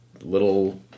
little